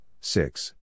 six